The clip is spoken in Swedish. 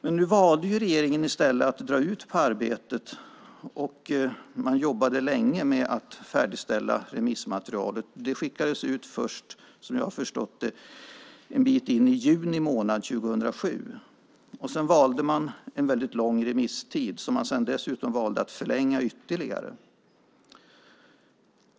Men nu valde regeringen i stället att dra ut på arbetet, och man jobbade länge med att färdigställa remissmaterialet. Det skickades ut först, som jag har förstått det, en bit in i juni månad 2007. Sedan valde man en väldigt lång remisstid, som man sedan dessutom valde att förlänga ytterligare.